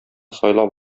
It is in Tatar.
сайлап